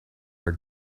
are